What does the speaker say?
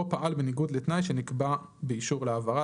או פעל בניגוד לתנאי שנקבע באישור להעברה,